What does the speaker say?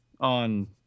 on